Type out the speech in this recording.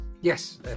yes